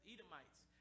Edomites